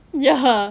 ya